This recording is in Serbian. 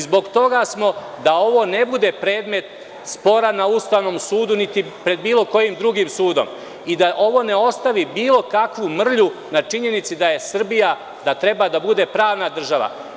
Zbog toga smo da ovo ne bude predmet spora na Ustavnom sudu, niti pred bilo kojim drugim sudom i da ovo ne ostavi bilo kakvu mrlju na činjenici da Srbija treba da bude pravna država.